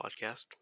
podcast